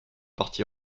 parti